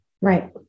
Right